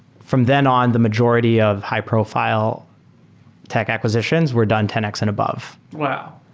from then on, the majority of high-profile tech acquisitions were done ten x and above. wow!